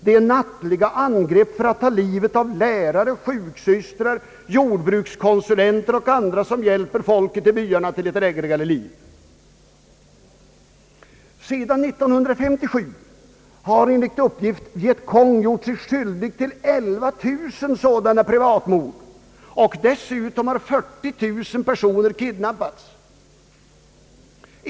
Det är nattliga angrepp för att ta livet av lärare, sjuksystrar, jordbrukskonsulenter och andra, som hjälper folket i byarna till ett drägligare liv. Sedan år 1957 har Vietcong gjort sig skyldig till 11 000 sådana privatmord och dessutom har 40 000 personer kidnappats.